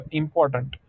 important